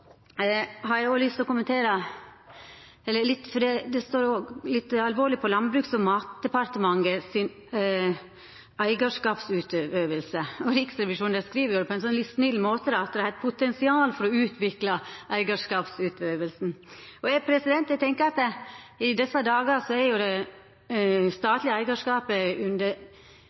har eg òg lyst til å seia noko rundt dei litt alvorlege kommentarane om Landbruks- og matdepartementet si eigarskapsutøving. Riksrevisjonen skriv – på ein litt snill måte – at «Landbruks- og matdepartementet har et potensial for å utvikle sin eierskapsutøvelse». Eg tenkjer at i desse dagar er det